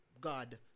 God